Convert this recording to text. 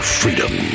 freedom